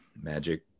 magic